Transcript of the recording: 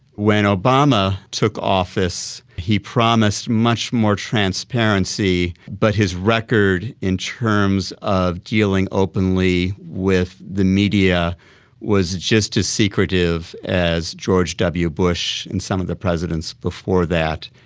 when obama took office he promised much more transparency, but his record in terms of dealing openly with the media was just as secretive as george w bush and some of the presidents before that.